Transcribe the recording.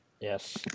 Yes